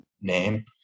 name